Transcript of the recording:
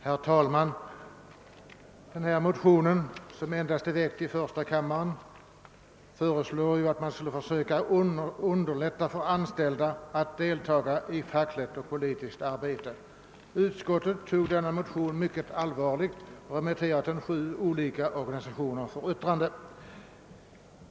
Herr talman! I den aktuella motionen, som är väckt endast i första kammaren, föreslås att man skall försöka underlätta för anställda att delta i fackligt och politiskt arbete. Utskottet har tagit denna motion mycket allvarligt och remitterat den till sju olika organisationer för yttrande.